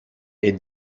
est